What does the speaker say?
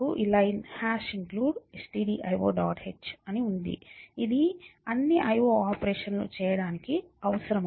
h ఉంది ఇది అన్ని IO ఆపరేషన్లను చేయడానికి అవసరం